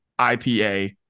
IPA